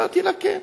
אמרתי לה: כן.